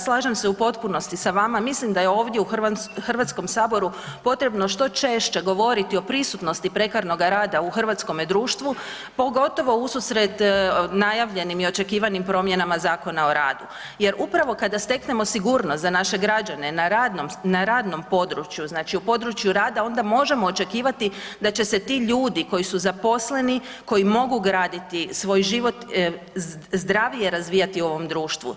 Slažem se u potpunosti sa vama, mislim da je ovdje u HS potrebno što češće govoriti o prisutnosti prekarnog rada u hrvatskome društvu, pogotovo ususret najavljenim i očekivanim promjenama Zakona o radu jer upravo kada steknemo sigurnost za naše građane na radnom, na radnom području, znači u području rada onda možemo očekivati da će se ti ljudi koji su zaposleni koji mogu graditi svoj život, zdravije razvijati u ovom društvu.